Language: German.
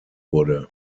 wurde